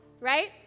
right